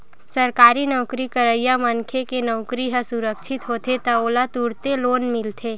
सरकारी नउकरी करइया मनखे के नउकरी ह सुरक्छित होथे त ओला तुरते लोन मिलथे